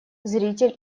зритель